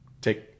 take